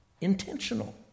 Intentional